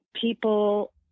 people